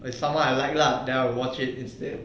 if someone I like lah then I will watch it instead